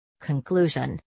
Conclusion